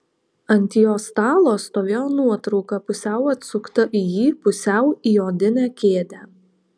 ant jo stalo stovėjo nuotrauka pusiau atsukta į jį pusiau į odinę kėdę